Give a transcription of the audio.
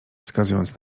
wskazując